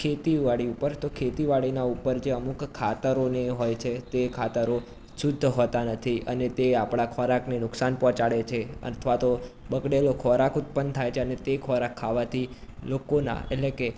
ખેતીવાડી ઉપર તો ખેતીવાડીના ઉપર જે અમુક ખાતરોને એ હોય છે તે ખાતરો શુદ્ધ હોતા નથી અને તે આપણા ખોરાકને નુકસાન પહોંચાડે છે અથવા તો બગડેલો ખોરાક ઉત્પન્ન થાય છે અને તે ખોરાક ખાવાથી લોકોના એટલે કે